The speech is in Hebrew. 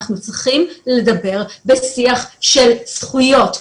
אנחנו צריכים לדבר בשיח של זכויות,